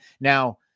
Now